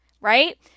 Right